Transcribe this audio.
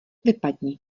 vypadni